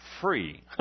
free